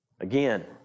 Again